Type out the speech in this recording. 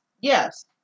Yes